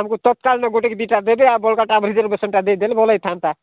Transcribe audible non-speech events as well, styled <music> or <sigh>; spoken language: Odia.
ଆମକୁ ତତ୍କାଳରେ ଗୋଟିଏ କି ଦୁଇଟା ଦେବେ <unintelligible> ତା ଭିତରେ ଭେସନ୍ ଦେଇ ଦେଇଥିଲେ ଭଲ ହୋଇଥାନ୍ତା